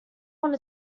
want